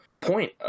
point